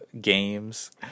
games